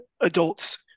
adults